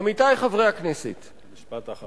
עמיתי חברי הכנסת, משפט אחרון.